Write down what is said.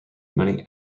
many